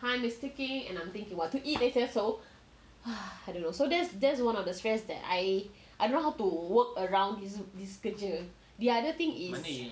time is ticking and I'm thinking what to eat later so I don't know so that's that's one of the stress that I I don't know how to work around this picture the other thing is